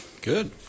Good